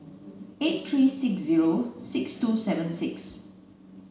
eight three six zero six two seven six